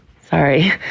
sorry